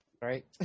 Right